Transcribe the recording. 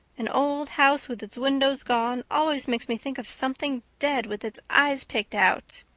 an old house with its windows gone always makes me think of something dead with its eyes picked out.